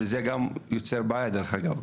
וזה גם יוצר בעיה דרך אגב.